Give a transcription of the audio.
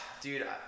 Dude